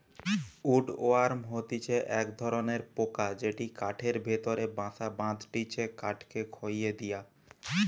would worm হতিছে এক ধরণের পোকা যেটি কাঠের ভেতরে বাসা বাঁধটিছে কাঠকে খইয়ে দিয়া